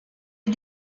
est